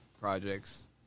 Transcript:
projects